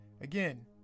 Again